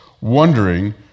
wondering